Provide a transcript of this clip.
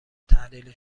تحلیل